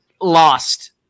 lost